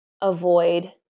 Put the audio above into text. avoid